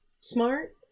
smart